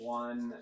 one